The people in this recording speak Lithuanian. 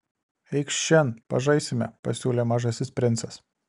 eikš šen pažaisime pasiūlė mažasis princas